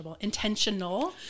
intentional